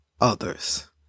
others